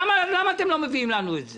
למה אתם לא מביאים לנו את זה?